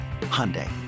Hyundai